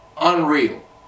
Unreal